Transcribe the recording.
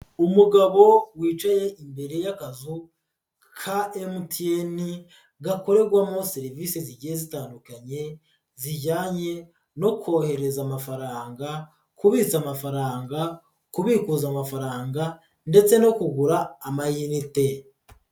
Umugabo wicaye imbere y'akazu ka MTN gakorerwamo serivise zigiye zitandukanye zijyanye no kohereza amafaranga, kubitsa amafaranga, kubikuza amafaranga ndetse no kugura amayinite.